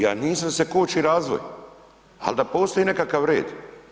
Ja nisam da se koči razvoj, ali da postoji nekakav red.